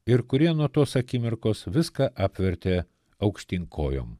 ir kurie nuo tos akimirkos viską apvertė aukštyn kojom